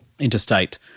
interstate